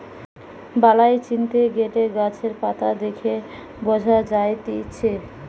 বালাই চিনতে গ্যালে গাছের পাতা দেখে বঝা যায়তিছে